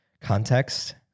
context